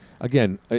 Again